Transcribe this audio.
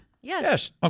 Yes